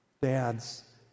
dads